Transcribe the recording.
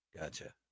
Gotcha